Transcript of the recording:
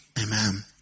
Amen